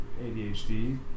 ADHD